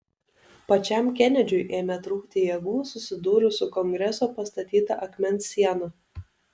pačiam kenedžiui ėmė trūkti jėgų susidūrus su kongreso pastatyta akmens siena